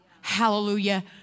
hallelujah